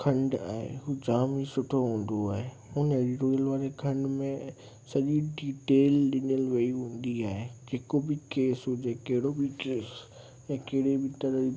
खंडु आहे हू जाम ई सुठो हुंदो आहे हुन एडीटोरीअल वारे खंड में सॼी डीटेल ॾिनल वेई हूंदी आहे जेको बि केस हुजे कहिड़ो बि केस ऐं कहिड़े बि तरह ई